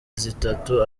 zitatu